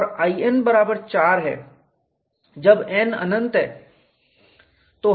और In बराबर 4 है जब n अनंत है